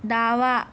डावा